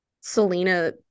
Selena